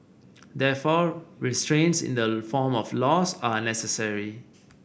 therefore restraints in the form of laws are necessary